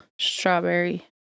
strawberry